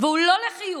והוא לא לחיוב,